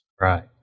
Right